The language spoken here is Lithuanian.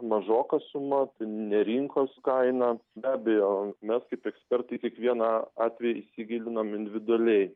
mažoka suma ne rinkos kaina be abejo mes kaip ekspertai kiekvieną atvejį įsigilinam individualiai